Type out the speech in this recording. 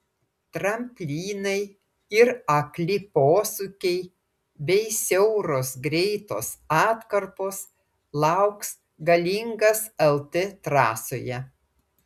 tramplynai ir akli posūkiai bei siauros greitos atkarpos lauks galingas lt trasoje